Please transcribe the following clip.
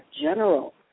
general